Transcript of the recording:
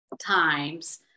times